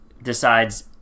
decides